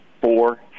Four